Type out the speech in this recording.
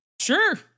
sure